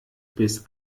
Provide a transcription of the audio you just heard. bis